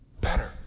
Better